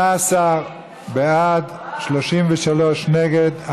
19 בעד, 33 נגד.